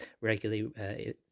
regularly